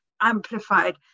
amplified